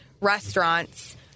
restaurants